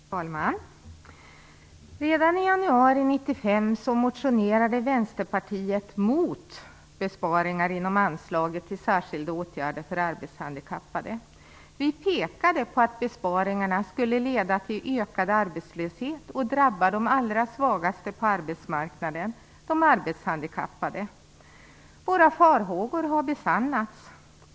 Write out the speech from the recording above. Herr talman! Redan i januari 1995 motionerade Vänsterpartiet mot besparingar i anslaget till särskilda åtgärder för arbetshandikappade. Vi pekade på att besparingarna skulle leda till ökad arbetslöshet och drabba de allra svagaste på arbetsmarknaden, dvs. de arbetshandikappade. Våra farhågor har besannats.